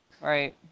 right